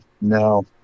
no